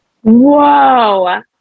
Whoa